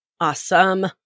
Awesome